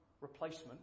replacement